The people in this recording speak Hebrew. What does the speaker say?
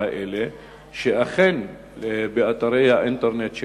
האלה שאכן יכניסו באתרי האינטרנט שלהם,